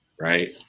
right